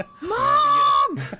Mom